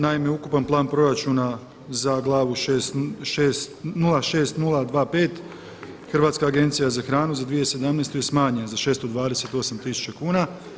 Naime, ukupan plan proračuna za glavu 06025, Hrvatska agencija za hranu za 2017. godinu je smanjen za 628 tisuća kuna.